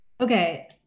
Okay